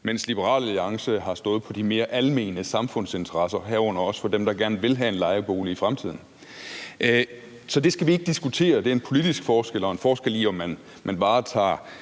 mens Liberal Alliance har stået på de mere almene samfundsinteressers side, herunder også for dem, der gerne vil have en lejebolig i fremtiden. Så det skal vi ikke diskutere; det er en politisk forskel og en forskel, i forhold til om man varetager